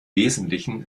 wesentlichen